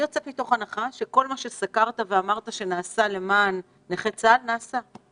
אני יוצאת מתוך הנחה שכל מה שסקרת ואמרת שנעשה למען נכי צה"ל אכן נעשה.